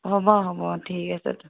হ'ব হ'ব ঠিক আছে